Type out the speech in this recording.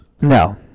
No